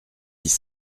dix